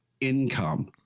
income